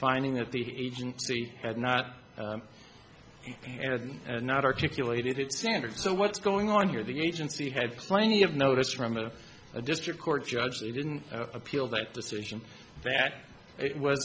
finding that the agency had not and had not articulated standard so what's going on here the agency had plenty of notice from a district court judge they didn't appeal that decision that